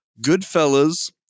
Goodfellas